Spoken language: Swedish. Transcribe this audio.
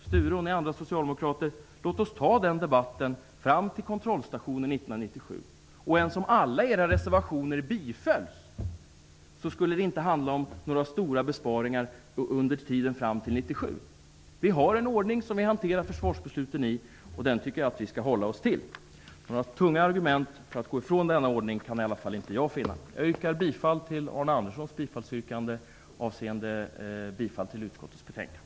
Sture Ericson och andra socialdemokrater, låt oss ta den debatten under tiden fram till kontrollstationen 1997! Eftersom alla era reservationer bifallits handlar det inte om några stora besparingar unden tiden fram till 1997. Vi har en ordning enligt vilken vi hanterar försvarsbesluten, och den ordningen tycker jag att vi skall hålla oss till. Några tunga argument för att gå ifrån denna ordning kan i alla fall inte jag finna. Liksom Arne Andersson yrkar också jag bifall till hemställan i utskottets betänkande.